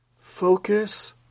Focus